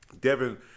Devin